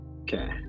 Okay